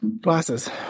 glasses